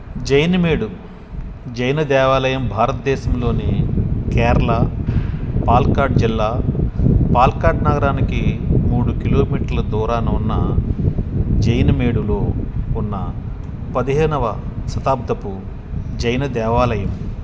జైనమేడు జైన దేవాలయం భారత్దేశంలోని కేరళ పాలక్కాడ్ జిల్లా పాలక్కాడ్ నగరానికి మూడు కిలోమీటర్ల దూరాన ఉన్న జైనమేడులో ఉన్న పదిహేనవ శతాబ్దపు జైన దేవాలయం